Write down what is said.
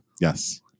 Yes